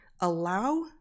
Allow